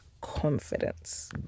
confidence